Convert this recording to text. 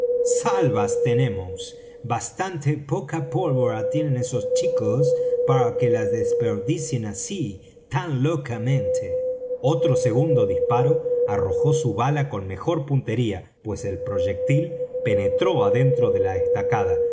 salvas tenemos bastante poca pólvora tienen esos chicos para que la desperdicien así tan locamente otro segundo disparo arrojó su bala con mejor puntería pues el proyectil penetró adentro de la estacada